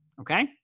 okay